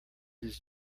his